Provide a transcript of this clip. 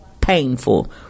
painful